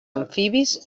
amfibis